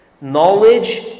Knowledge